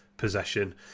possession